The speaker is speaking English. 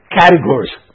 categories